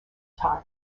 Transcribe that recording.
time